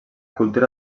cultura